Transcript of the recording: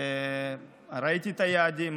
ראיתי את היעדים.